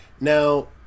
Now